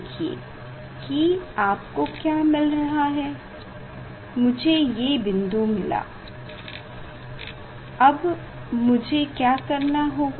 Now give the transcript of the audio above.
देखिए की आपको क्या मिल रहा है मुझे ये बिंदु मिला अब मुझे क्या करना होगा